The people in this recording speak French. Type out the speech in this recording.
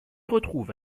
retrouve